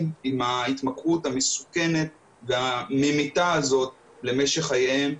עם ההתמכרות המסוכנת והממיתה הזאת למשך חייהם.